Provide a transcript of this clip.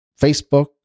Facebook